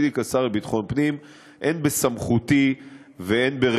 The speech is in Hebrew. במסגרת תפקידי כשר לביטחון הפנים אין